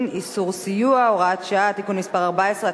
(איסור סיוע) (הוראות שעה) (תיקון מס' 14),